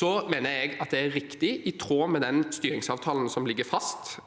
Jeg mener det er riktig, i tråd med styringsavtalen for Enova som ligger fast,